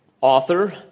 Author